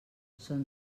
són